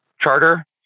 charter